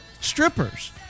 strippers